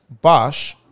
Bosch